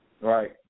Right